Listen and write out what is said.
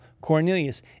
Cornelius